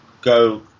go